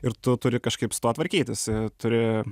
ir tu turi kažkaip su tuo tvarkytis turi